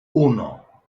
uno